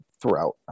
throughout